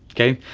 okay.